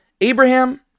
Abraham